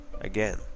again